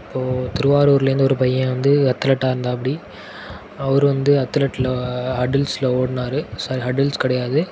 இப்போது திருவாரூர்லேருந்து ஒரு பையன் வந்து அத்லட்டாக இருந்தாப்புடி அவர் வந்து அத்லட்டில் ஹடுல்ஸில் ஓடினாரு சாரி ஹடுல்ஸ் கிடையாது